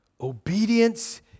Obedience